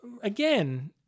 again